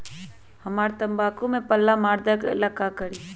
हमरा तंबाकू में पल्ला मार देलक ये ला का करी?